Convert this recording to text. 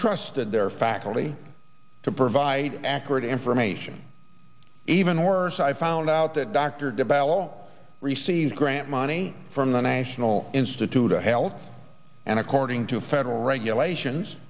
trusted their faculty to provide accurate information even worse i found out that dr did by all receive grant money from the national institute of health and according to federal regulations